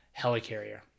Helicarrier